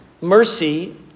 mercy